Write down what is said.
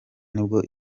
nibwo